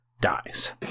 dies